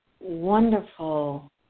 wonderful